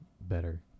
better